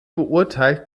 beurteilt